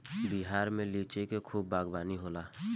बिहार में लिची के खूब बागवानी होला